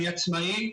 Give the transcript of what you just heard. אני עצמאי.